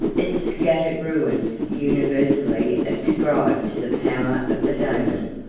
its scattered ruins, universally ascribed to the power of the daemon,